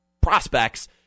prospects